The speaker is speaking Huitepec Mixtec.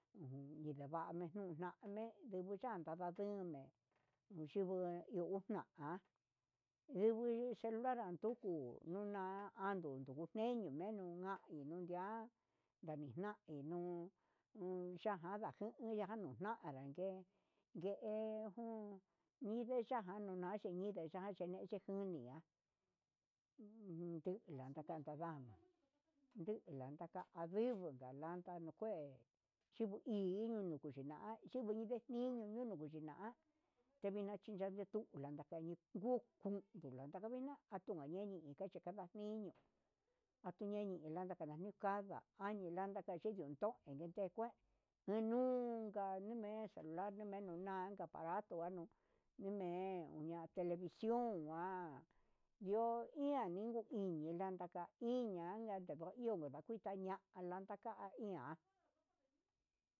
Uunn ndubuvani nijunja me'e inyanda najume niyubuu hu oxna'a engui celular andunguu nuna naduñu meniu, enuxnangui nundia navixnaji nuu najina nunanga ke'e, ye jun ningui yanga nuxna nituñide chache yexhe jun uun nduku nakana'a tuvinka naka ndingo nidadanda nuu kué yubuu ni inuu i inio ndikuchina chingui ndichi iniu ungu nuchi na'a tevixna chinaji tuun langa kueñi nuku, nduvantu vena nakunayeyi iin tachi kanda iño chiñeñu ndakane nuka landa ini lanka nacheniun onikuen niñuu, ta niume celular kaniña ka aparato niñe'e televición ngua nio inya ninko iño nraka iño ñanga no iho niña kuu ita nia lanka ka ian.